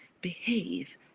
behave